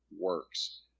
works